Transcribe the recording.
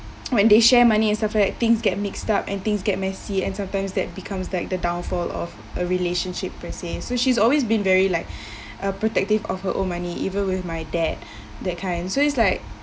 when they share money and suffer that things get mixed up and things get messy and sometimes that becomes like the downfall of a relationship per se so she's always been very like a protective of her own money even with my dad that kind so is like